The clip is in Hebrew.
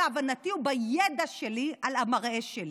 בהבנתי ובידע שלי על המראה שלי.